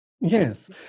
Yes